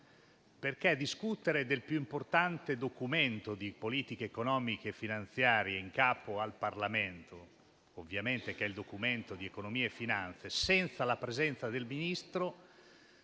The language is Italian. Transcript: perché discutere del più importante documento di politica economica e finanziaria in capo al Parlamento - ovviamente mi riferisco al Documento di economia e finanza - senza la presenza del Ministro